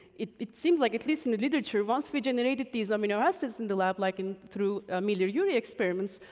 it it seems like, at least in the literature, once we generated these amino acids in the lab, like in, through miller-urey experiments,